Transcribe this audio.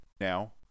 now